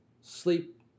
sleep